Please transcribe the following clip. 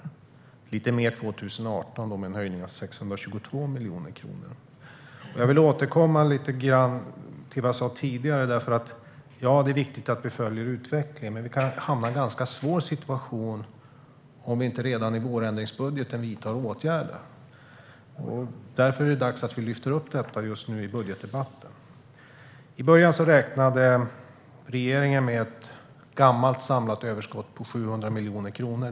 Det är lite mer 2018 med en höjning på 622 miljoner kronor. Jag vill återkomma till det jag sa tidigare. Det är förstås viktigt att vi följer utvecklingen, men vi kan hamna i en ganska svår situation om vi inte redan i vårändringsbudgeten vidtar åtgärder. Därför är det dags att vi lyfter upp detta i budgetdebatten. I början räknade regeringen med ett gammalt, samlat överskott på 700 miljoner kronor.